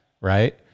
right